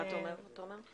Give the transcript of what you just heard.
מה אתה אומר, תומר?